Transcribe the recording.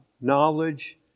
knowledge